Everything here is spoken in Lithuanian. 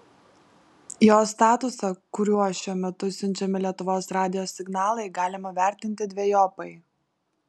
jo statusą kuriuo šiuo metu siunčiami lietuvos radijo signalai galima vertinti dvejopai